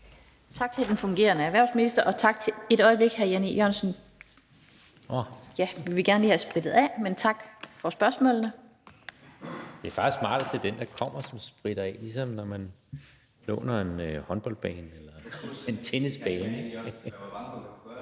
Tak til den fungerende erhvervsminister. Et øjeblik, hr. Jan E. Jørgensen. Vi vil gerne have sprittet af – men tak for spørgsmålene. (Jan E. Jørgensen (V): Det er faktisk smartest, at det er den, som kommer, som spritter af, ligesom når man låner en håndboldbane eller en tennisbane).